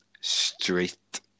street